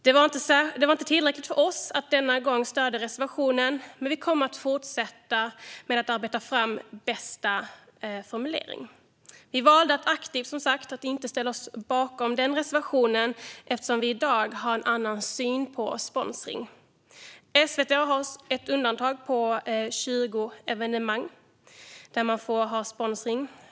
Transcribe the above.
Det var inte tillräckligt för oss för att denna gång stödja reservationen, men vi kommer att fortsätta med att arbeta fram den bästa formuleringen. Vi valde som sagt aktivt att inte ställa oss bakom reservationen eftersom vi i dag har en annan syn på sponsring. SVT har ett undantag på 20 evenemang där man får ha sponsring.